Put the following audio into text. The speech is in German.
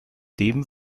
dem